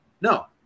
No